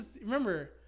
Remember